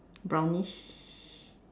brownish